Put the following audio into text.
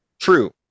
true